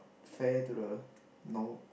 fair to the normal